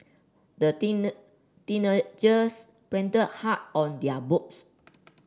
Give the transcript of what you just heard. the teenagers printed hard on their boats